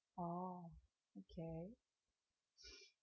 oh okay